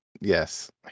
yes